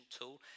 tool